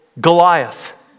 Goliath